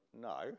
no